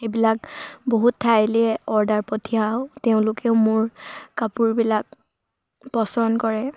এইবিলাক বহুত ঠাইলৈ অৰ্ডাৰ পঠিয়াও তেওঁলোকেও মোৰ কাপোৰবিলাক পচন্দ কৰে